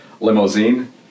Limousine